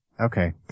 Okay